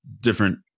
different